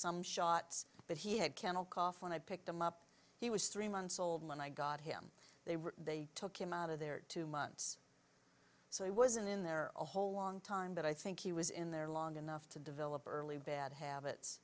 some shots but he had kennel cough when i picked him up he was three months old when i got him they were they took him out of there two months so he wasn't in there a whole long time but i think he was in there long enough to develop early bad habits